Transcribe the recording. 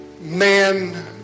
man